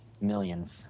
Millions